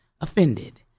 offended